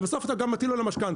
ובסוף אתה גם מטיל עליו משכנתה.